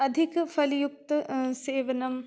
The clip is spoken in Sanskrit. अधिकफ़ल युक् सेवनं